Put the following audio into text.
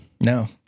No